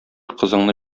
кызыңны